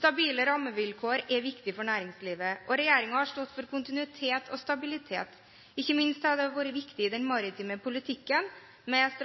Stabile rammevilkår er viktig for næringslivet. Regjeringen har stått for kontinuitet og stabilitet – ikke minst har det vært viktig i den maritime politikken med